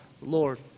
Lord